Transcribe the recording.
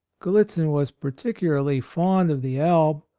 gallitzin was particularly fond of the alb,